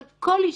אבל כל אישה